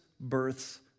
Births